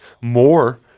more